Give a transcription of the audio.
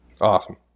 awesome